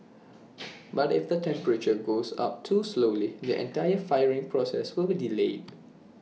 but if the temperature goes up too slowly the entire firing process will be delayed